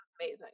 amazing